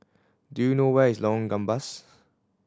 do you know where is Lorong Gambas